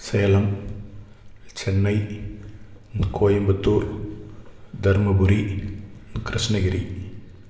Salem Chennai Coimbatore Dharmapuri Krishnagiri